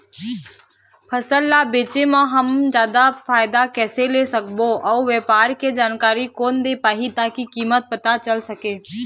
फसल ला बेचे के हम जादा फायदा कैसे ले सकबो अउ व्यापार के जानकारी कोन दे पाही ताकि कीमत पता चल सके?